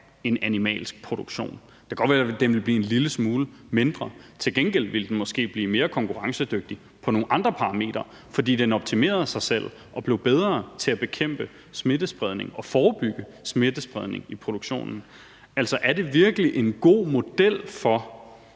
en animalsk produktion? Det kan godt være, at den ville blive en lille smule mindre; til gengæld ville den måske blive mere konkurrencedygtig på nogle andre parametre, fordi den optimerede sig selv og blev bedre til at bekæmpe smittespredning og forebygge smittespredning i produktionen. Altså, er det virkelig en god model for